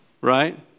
right